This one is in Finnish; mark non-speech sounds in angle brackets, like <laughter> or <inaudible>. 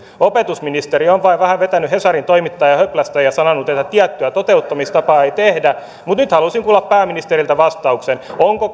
opetusministeri on vain vähän vetänyt hesarin toimittajaa höplästä ja sanonut että tiettyä toteuttamistapaa ei tehdä mutta nyt haluaisin kuulla pääministeriltä vastauksen onko <unintelligible>